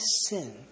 sin